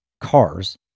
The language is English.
cars